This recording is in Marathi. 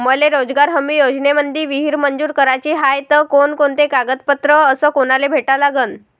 मले रोजगार हमी योजनेमंदी विहीर मंजूर कराची हाये त कोनकोनते कागदपत्र अस कोनाले भेटा लागन?